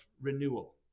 renewal